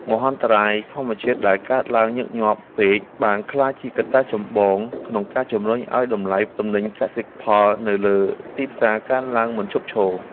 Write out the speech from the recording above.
មហន្តរាយធម្មជាតិដែលកើតឡើងញឹកញាប់ពេកបានក្លាយជាកត្តាចម្បងក្នុងការជម្រុញឱ្យតម្លៃទំនិញកសិផលនៅលើ ទីផ្សារកើនឡើងមិនឈប់ឈរ។